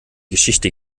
geschichte